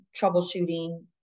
troubleshooting